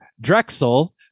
Drexel